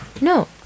no